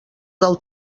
del